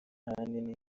ahanini